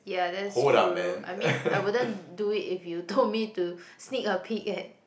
ya that's true I mean I wouldn't do it if you told me to sneak a peek at